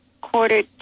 quarter